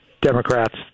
Democrats